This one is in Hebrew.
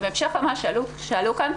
בהמשך למה שעלה כאן,